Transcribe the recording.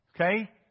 Okay